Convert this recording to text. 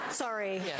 Sorry